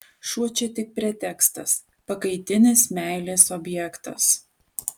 šuo čia tik pretekstas pakaitinis meilės objektas